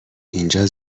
اینجا